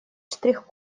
штрих